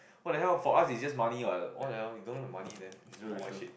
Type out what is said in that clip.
what the hell for us it's just money right what the hell you don't want the money then talk what shit